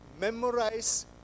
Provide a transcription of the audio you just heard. memorize